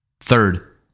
Third